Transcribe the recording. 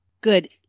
Good